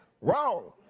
wrong